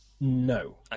No